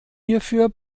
hierfür